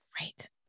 Right